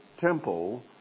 temple